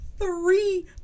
three